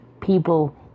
people